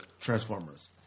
Transformers